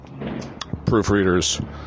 proofreaders